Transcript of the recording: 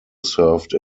served